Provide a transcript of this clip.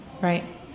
Right